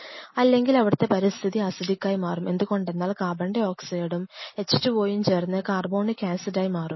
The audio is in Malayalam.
അല്ലെങ്കിൽ അവിടുത്തെ പരിസ്ഥിതി അസിഡിക്കായി മാറും എന്തുകൊണ്ടെന്നാൽ CO2 ഉം H2O യും ചേർന്ന് കാർബോണിക് ആസിഡ് ആയി മാറും